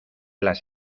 las